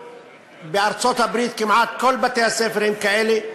בארצות-הברית, כמעט כל בתי-הספר הם כאלה.